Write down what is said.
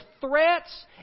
threats